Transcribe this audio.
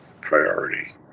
priority